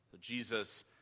Jesus